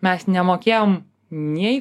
mes nemokėjom nei